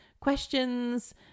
questions